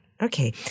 Okay